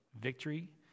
victory